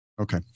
Okay